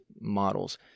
models